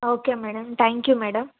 okay madam thank you madam